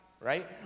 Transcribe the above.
right